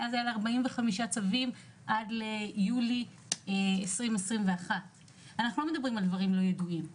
מאז היו לה 45 צווים עד ליולי 2021. אלה לא דברים לא ידועים.